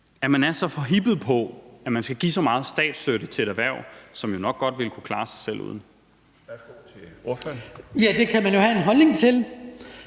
er man så forhippet på, at man skal give så meget statsstøtte til et erhverv, som jo nok godt ville kunne klare sig selv uden. Kl. 21:08 Den fg.